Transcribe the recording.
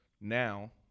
Now